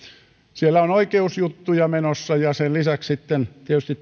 siellä on oikeusjuttuja menossa ja sen lisäksi tietysti